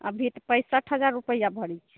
अभी तऽ पैंसठ हजार रुपआ भरी छै